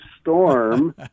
storm